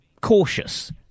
cautious